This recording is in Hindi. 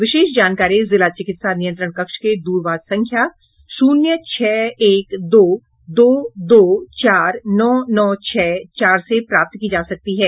विशेष जानकारी जिला चिकित्सा नियंत्रण कक्ष के दूरभाष संख्या शून्य छह एक दो दो दो चार नौ नौ छह चार से प्राप्त की जा सकती है